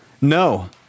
no